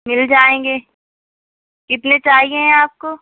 مل جائیں گے کتنے چاہیے ہیں آپ کو